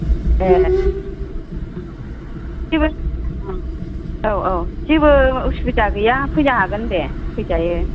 ए ओं जेबो औ औ जेबो उसुबिदा गैया फैनो हागोन दे फैजायो